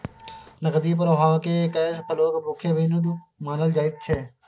नकदी प्रवाहकेँ कैश फ्लोक मुख्य बिन्दु मानल जाइत छै